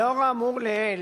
לאור האמור לעיל